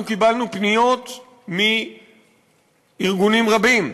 אנחנו קיבלנו פניות מארגונים רבים,